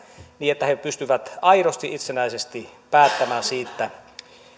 niin että ne pystyvät aidosti itsenäisesti päättämään siitä